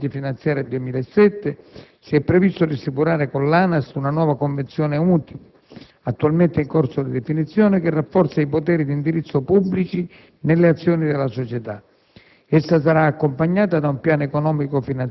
Si è agito su più livelli: in primo luogo, con la legge finanziaria 2007, si è previsto di stipulare con l'ANAS una nuova «convenzione unica», attualmente in corso di definizione, che rafforza i poteri di indirizzo pubblici nelle azioni della società.